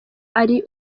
ari